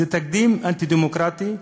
זה תקדים אנטי-דמוקרטי,